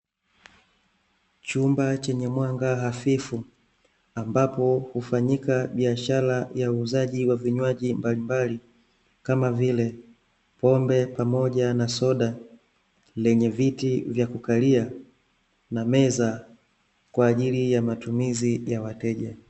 Chumba chenye mwanga hafifu, ambapo hufanyika biashara ya uuzaji wa vinywaji mbalimbali, kama vile pombe pamoja na soda, lenye viti vya kukalia na meza kwaajili ya matumizi ya wateja.